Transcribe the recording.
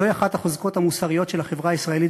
זוהי אחת החוזקות המוסריות של החברה הישראלית